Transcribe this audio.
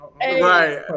Right